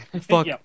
Fuck